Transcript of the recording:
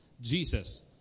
Jesus